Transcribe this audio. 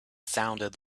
sounded